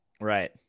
Right